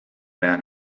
man